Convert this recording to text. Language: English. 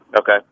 Okay